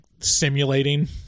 simulating